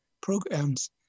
programs